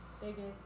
biggest